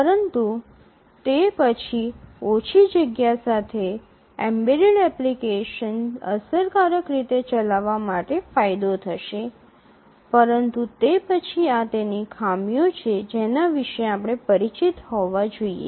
પરંતુ તે પછી ઓછી જગ્યા સાથે એમ્બેડેડ એપ્લિકેશન અસરકારક રીતે ચલાવવા માટે ફાયદો થશે પરંતુ તે પછી આ તેમની ખામીઓ છે જેના વિશે આપણે પરિચિત હોવા જોઈએ